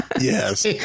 yes